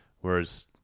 Whereas